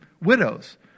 widows